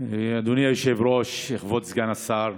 אדוני היושב-ראש וכבוד סגן השר,